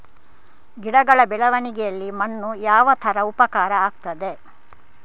ಗಿಡಗಳ ಬೆಳವಣಿಗೆಯಲ್ಲಿ ಮಣ್ಣು ಯಾವ ತರ ಉಪಕಾರ ಆಗ್ತದೆ?